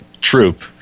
troop